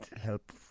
help